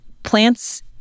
Plants